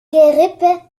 gerippe